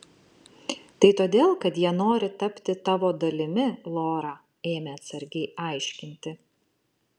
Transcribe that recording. tai todėl kad jie nori tapti tavo dalimi lora ėmė atsargiai aiškinti